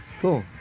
Cool